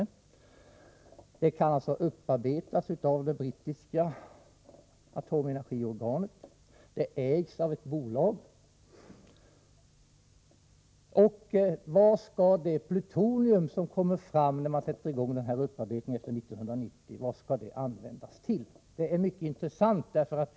Det ägs av ett bolag, och det kan upparbetas av det brittiska atomenergiorganet. Vad skall det plutonium som kommer fram när man efter 1990 sätter i gång denna upparbetning användas till? Det är ett mycket intressant spörsmål.